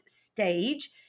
stage